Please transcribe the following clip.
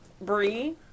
Bree